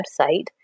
website